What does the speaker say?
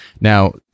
Now